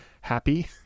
happy